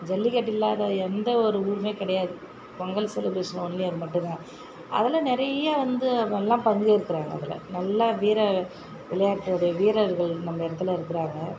ஜல்லிக்கட்டு இல்லாத எந்த ஒரு ஊரும் கிடையாது பொங்கல் செலிப்ரேஷன் ஒன்லி அதுமட்டும்தான் அதில் நிறைய வந்து எல்லாம் பங்கேற்கிறாங்க அதில் நல்லா வீர விளையாட்டினுடைய வீரர்கள் நம்ப இடத்துல இருக்கிறாங்க